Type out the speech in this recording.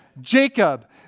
Jacob